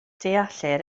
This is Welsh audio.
deallir